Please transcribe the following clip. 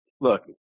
Look